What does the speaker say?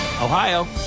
Ohio